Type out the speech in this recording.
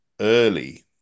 early